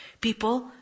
people